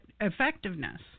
effectiveness